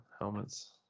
helmets